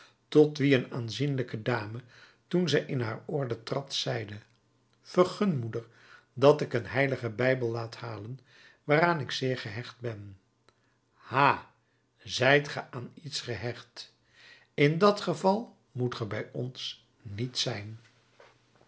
tot wie een aanzienlijke dame toen zij in haar orde trad zeide vergun moeder dat ik een heiligen bijbel laat halen waaraan ik zeer gehecht ben ha zijt ge aan iets gehecht in dat geval moet ge bij ons niet zijn